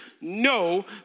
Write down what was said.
No